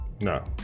No